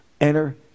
enter